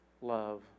love